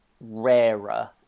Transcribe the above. rarer